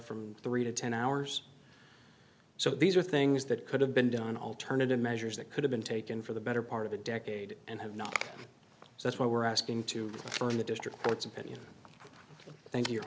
from three to ten hours so these are things that could have been done alternative measures that could have been taken for the better part of a decade and have not so that's what we're asking to from the district court's opinion thank you